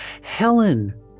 Helen